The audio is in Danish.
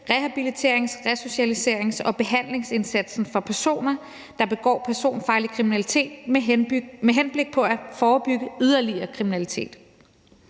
rehabiliterings-, resocialiserings- og behandlingsindsatsen for personer, der begår personfarlig kriminalitet, med henblik på at forebygge yderligere kriminalitet